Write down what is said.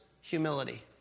humility